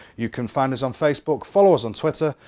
you can find us on facebook, follow us on twitter,